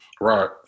Right